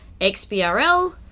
XBRL